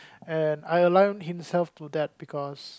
and I align himself for that because